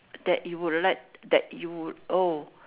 that you would like that you would oh